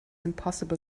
impossible